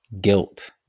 guilt